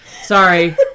Sorry